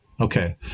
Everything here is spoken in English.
okay